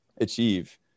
achieve